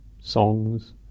songs